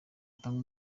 gatanga